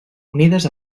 unides